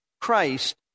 Christ